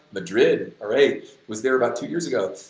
madrid, alright, was there about two years ago.